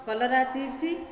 କଲରା ଚିପ୍ସ